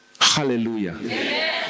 Hallelujah